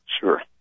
Sure